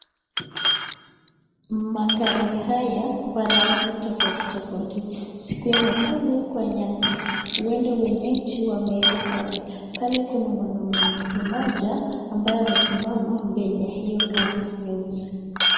Magari haya kwa rangi tofauti tofauti. Sikwemo pale kwa nyasi. Huenda wenyeji wameweka pale. Pale kuna mwanamke mmoja ambaye amesimama mbele ya hiyo gari nyeusi.